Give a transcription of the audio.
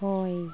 ᱦᱚᱭ